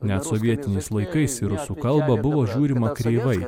net sovietiniais laikais ir rusų kalba buvo žiūrima kreivai